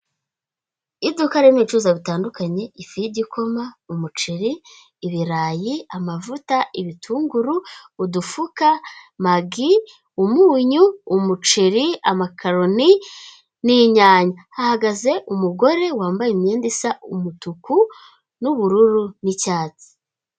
Iduka ririmo ibicuruzwa bitandukanye; ifu y'igikoma, umuceri, ibirayi, amavuta, ibitunguru, udufuka, magi, umunyu, umuceri, amakaroni, n'inyanya. Hahagaze umugore wambaye imyenda isa umutuku n'ubururu n'icyatsi.